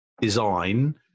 design